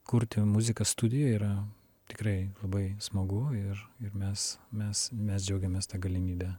kurti muziką studijoj yra tikrai labai smagu ir ir mes mes mes džiaugiamės ta galimybe